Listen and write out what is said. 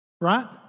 Right